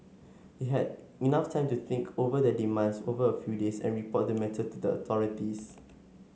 he had enough time to think over their demands over a few days and report the matter to the authorities